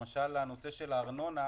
למשל נושא הארנונה,